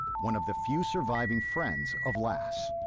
one of the few surviving friends of lass.